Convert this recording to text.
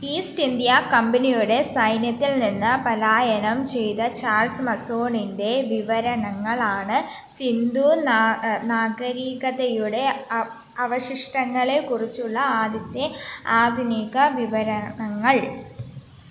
east India കമ്പനിയുടെ സൈന്യത്തിൽ നിന്ന് പലായനം ചെയ്ത ചാൾസ് മസോണിന്റെ വിവരണങ്ങളാണ് സിന്ധൂ നാഗരികതയുടെ അവശിഷ്ടങ്ങളെ കുറിച്ചുള്ള ആദ്യത്തെ ആധുനിക വിവരണങ്ങൾ